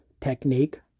technique